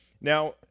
Now